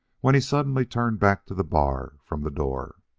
when he suddenly turned back to the bar from the door.